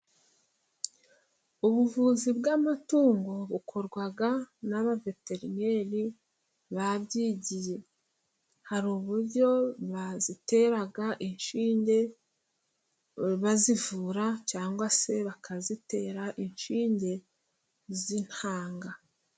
Ubuvuzi bw'amatungo bukorwa n'Abaveterineri babyigiye. Hari uburyo bazitera inshinge bazivura, cyangwa se bakazitera inshinge z'intanga.